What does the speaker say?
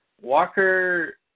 Walker